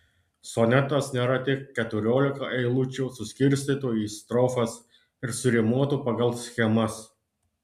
sonetas nėra tik keturiolika eilučių suskirstytų į strofas ir surimuotų pagal schemas